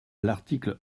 l’article